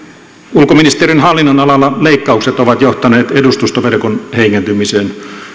ulkoministeriön hallinnonalalla leikkaukset ovat johtaneet edustustoverkon heikentymiseen